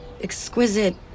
exquisite